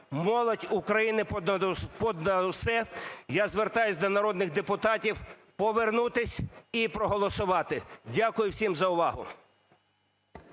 Молодь України понад усе! Я звертаюсь до народних депутатів повернутись і проголосувати. Дякую всім за увагу.